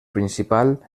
principal